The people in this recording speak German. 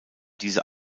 diese